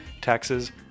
Taxes